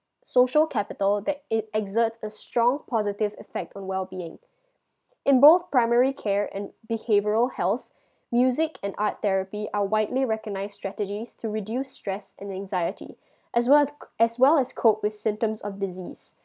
social capital that it exert a strong positive effect on well being in both primary care and behavioral health music and art therapy are widely recognized strategies to reduce stress and anxiety as well k~ as well as cope with symptoms of disease